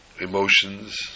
emotions